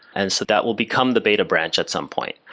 and so that will become the beta branch at some point.